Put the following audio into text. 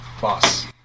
boss